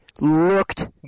looked